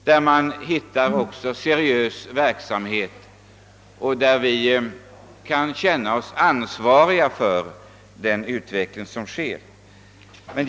Där förekommer också seriös verksamhet, och vi kan känna oss ansvariga även för den utveckling som där sker.